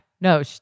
No